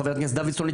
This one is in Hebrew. חבר הכנסת דוידסון,